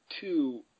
two